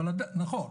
נכון.